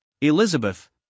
Elizabeth